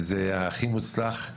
זה הכי מוצלח,